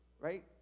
Right